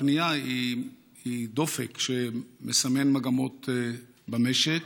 הבנייה היא דופק שמסמן מגמות במשק